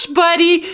buddy